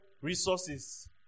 resources